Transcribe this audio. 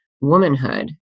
womanhood